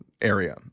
area